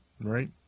right